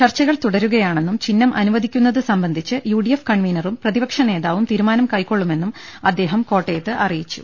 ചർച്ചകൾ തുടരുകയാ ണെന്നും ചിഹ്നം അനുവദിക്കുന്നത് സംബന്ധിച്ച് യു ഡി എഫ് കൺവീനറും പ്രതിപക്ഷ നേതാവും തീരുമാനം കൈക്കൊള്ളു മെന്നും അദ്ദേഹം കോട്ടയത്ത് അറിയിച്ചു